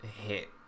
hit